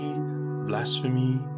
blasphemy